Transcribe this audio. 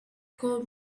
called